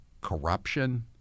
corruption